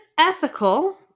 ethical